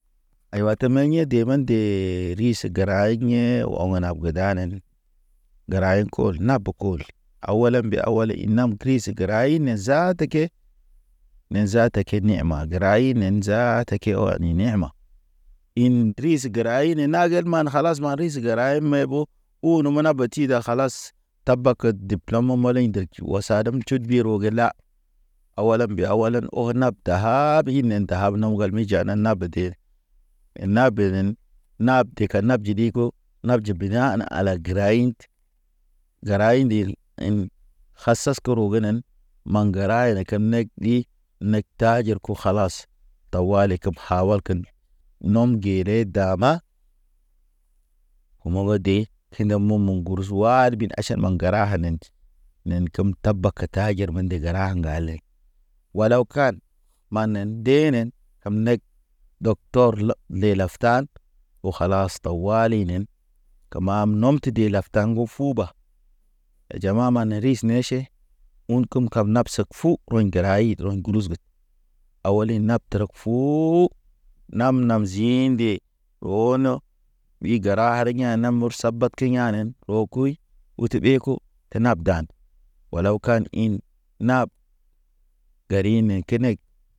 Aywa tə mayḛ de ma dee ri sə gəra yḛ ɔŋ na budanen. Gəra ḛ kol, nabo kol, a wole mbe a wole ḭ nam kris gəra ine zaata ke. Ne zaata ke ne ma gəra inen zaata ke wa ne nema. In diris gəra hine na gel man kalas man risig te gəra may ɓo. Oo no mana bati da kalas, tabakə diplom ma maleɲ de tʃu. Tʃu a sadem, tʃud bi ro ge la a walam be a walan o nap ta. Ta haaap inen da dahab now gal mi jana nabe ten. Nabenen nab, teka nab jidiko nab jibina ana ala gəra in. Gəra indil in, hasas koro genen ma gəra ye ne kem neg ɗi. Nek taajer ko kalas, tawali kem hawalken. Nɔm gere daba, Mo mɔŋgɔ de tine momo̰ gurusu. Zuhad bin aʃan man gəra hanen kem tabak ke tajer me de gəra a ŋgalen. Walaw kan, manen denen am nek. Dɔktɔr laftan o kalas tawalinen, kemam nomte de laftan go fuba yajama mane riʃ neʃe Un kem kab nafsek fu. Rɔɲ gəra id rɔ gurusu ged, awali nafterek fuu- u- u nam- nam zii inde. Oo no wuyi gəra hara na mur saba ke, keyanen o kuyi. Utu ɓe ko e nab dan. Walaw kan in naab gari ne kenek